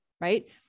right